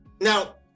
Now